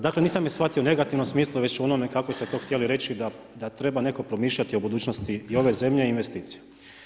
Dakle nisam je shvatio u negativnom smislu već u onome kako ste to htjeli reći da treba netko promišljati o budućnosti i ove zemlje i investicija.